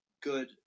good